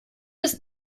ist